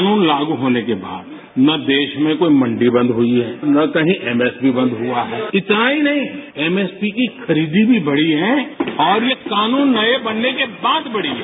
कानून लागू होने के बाद ना देरा में कोई मंडी बंद हुई है ना कहीं एमएसपी बंद हुआ है इतना ही नहीं एमएसपी की खरीदी भी बढ़ी है और यह कानून नये बनने के बाद बढ़ी है